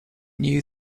knew